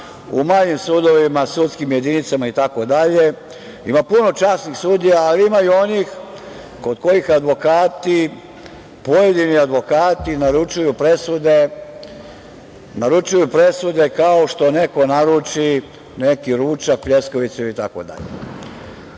u manjim sudovima, sudskim jedinicama itd, ima puno časnih sudija, ali ima i onih kod kojih advokati, pojedini advokati naručuju presude kao što neko naruči neki ručak, pljeskavicu itd. Već